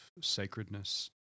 sacredness